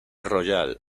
royal